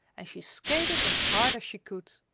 and she skated as hard as she could.